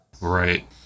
Right